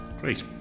Great